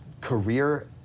career